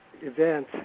event